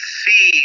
see